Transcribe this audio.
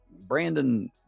Brandon